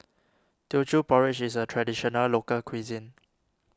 Teochew Porridge is a Traditional Local Cuisine